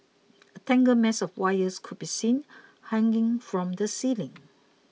a tangled mess of wires could be seen hanging from the ceiling